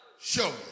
show